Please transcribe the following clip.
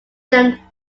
them